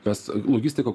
kas logistika